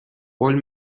قول